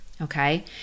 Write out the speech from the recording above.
okay